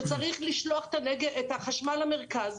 שצריך לשלוח את החשמל למרכז,